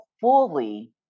fully